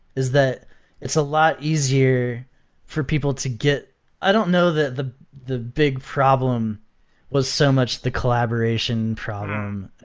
is that it's a lot easier for people to get i don't know that the the big problem was so much the collaboration problem.